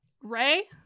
Ray